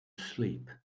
sleep